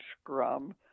Scrum